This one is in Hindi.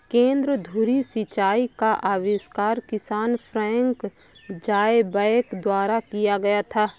केंद्र धुरी सिंचाई का आविष्कार किसान फ्रैंक ज़ायबैक द्वारा किया गया था